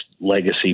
legacy